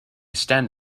stand